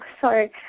Sorry